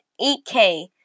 8K